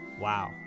Wow